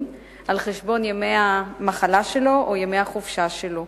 על חשבון ימי המחלה שלו או ימי החופשה שלו.